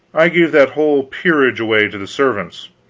i gave that whole peerage away to the servants.